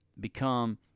become